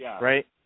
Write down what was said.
right